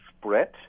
spread